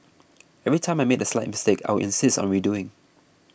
every time I made a slight mistake I would insist on redoing